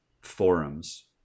forums